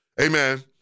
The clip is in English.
Amen